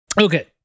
Okay